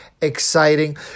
exciting